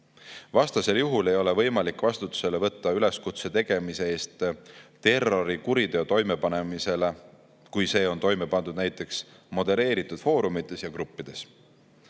Vastasel juhul ei ole võimalik vastutusele võtta üleskutse tegemise eest panna toime terrorikuritegu, kui see on toime pandud näiteks modereeritud foorumites ja gruppides.